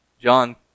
John